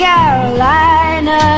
Carolina